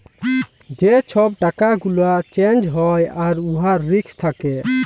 যে ছব টাকা গুলা চ্যাঞ্জ হ্যয় আর উয়ার রিস্ক থ্যাকে